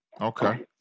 Okay